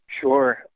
Sure